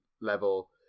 level